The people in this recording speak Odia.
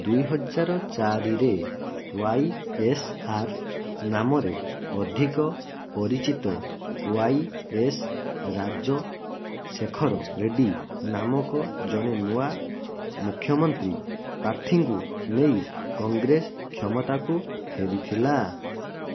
ଦୁଇ ହଜାର ଚାରିରେ ୱାଇ ଏସ୍ ଆର୍ ନାମରେ ଅଧିକ ପରିଚିତ ୱାଇଏସ୍ ରାଜ ଶେଖର ରେଡ୍ଡୀ ନାମକ ଜଣେ ନୂଆ ମୁଖ୍ୟମନ୍ତ୍ରୀ ପ୍ରାର୍ଥୀଙ୍କୁ ନେଇ କଂଗ୍ରେସ କ୍ଷମତାକୁ ଫେରିଥିଲା